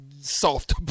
soft